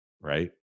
right